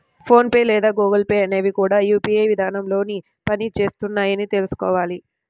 phone pay లేదా Google Pay అనేవి కూడా యూ.పీ.ఐ విధానంలోనే పని చేస్తున్నాయని తెల్సుకోవాలి